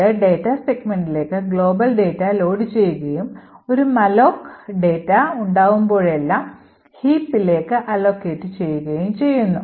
ഇത് ഡാറ്റാ സെഗ്മെന്റിലേക്ക് global data ലോഡുചെയ്യുകയും ഒരു malloc ഡാറ്റ ഉണ്ടാകുമ്പോഴെല്ലാം heapലേക്ക് allocate ചെയ്യുകയും ചെയ്യുന്നു